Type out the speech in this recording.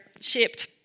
shaped